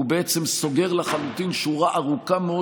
הוא בעצם סוגר לחלוטין שורה ארוכה מאוד